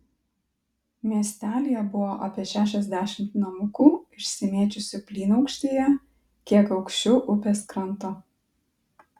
miestelyje buvo apie šešiasdešimt namukų išsimėčiusių plynaukštėje kiek aukščiau upės kranto